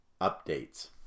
updates